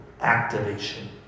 activation